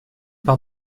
par